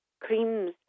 creams